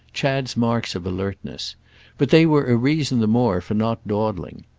chad's marks of alertness but they were a reason the more for not dawdling.